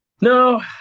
No